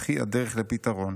אך היא הדרך לפתרון.